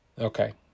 Okay